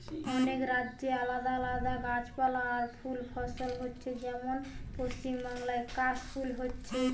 অনেক রাজ্যে আলাদা আলাদা গাছপালা আর ফুল ফসল হচ্ছে যেমন পশ্চিমবাংলায় কাশ ফুল হচ্ছে